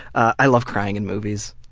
i love crying in movies.